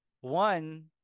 one